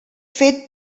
fet